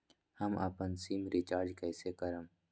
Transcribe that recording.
हम अपन SIM recharge कइसे करम?